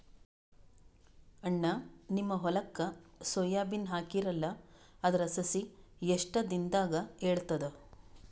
ಅಣ್ಣಾ, ನಿಮ್ಮ ಹೊಲಕ್ಕ ಸೋಯ ಬೀನ ಹಾಕೀರಲಾ, ಅದರ ಸಸಿ ಎಷ್ಟ ದಿಂದಾಗ ಏಳತದ?